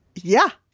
yeah